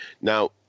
Now